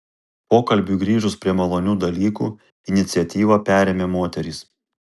pokalbiui grįžus prie malonių dalykų iniciatyvą perėmė moterys